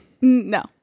No